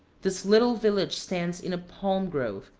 this little village stands in a palm grove,